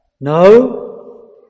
No